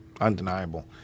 undeniable